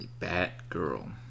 batgirl